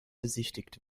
besichtigt